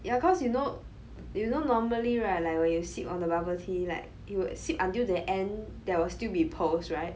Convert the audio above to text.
ya cause you know you know normally right like when you sip on a bubble tea like you would sip until the end there will still be pearls right